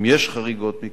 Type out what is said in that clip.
אם יש חריגות מכך,